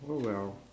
oh well